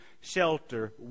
shelter